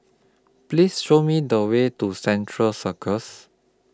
Please Show Me The Way to Central Circus